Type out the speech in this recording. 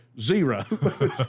zero